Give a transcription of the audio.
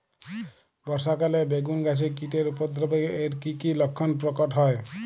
বর্ষা কালে বেগুন গাছে কীটের উপদ্রবে এর কী কী লক্ষণ প্রকট হয়?